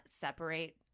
separate